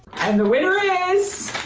and the winner is.